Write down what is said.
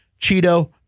Cheeto